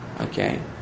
Okay